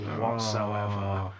whatsoever